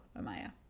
Amaya